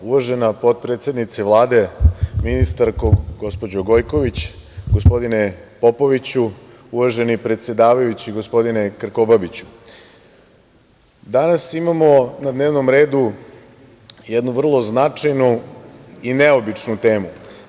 Uvažena potpredsednice Vlade, ministarko, gospođo Gojković, gospodine Popoviću, uvaženi predsedavajući, gospodine Krkobabiću, danas imamo na dnevnom redu jednu vrlo značajnu i neobičnu temu.